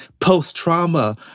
post-trauma